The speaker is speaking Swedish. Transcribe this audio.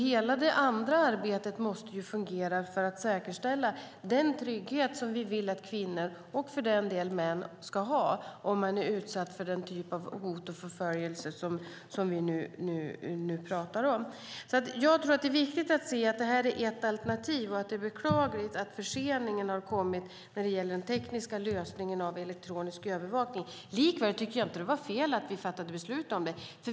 Hela det andra arbetet måste alltså fungera för att man ska kunna säkerställa den trygghet som vi vill att kvinnor, och för den delen män, ska ha om de är utsatta för den typ av hot och förföljelse som vi nu talar om. Det är viktigt att se det här som ett alternativ, och det är beklagligt med förseningen när det gäller den tekniska lösningen för elektronisk övervakning. Likväl tycker jag inte att det var fel att vi fattade beslut om det.